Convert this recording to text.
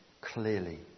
clearly